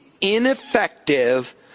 ineffective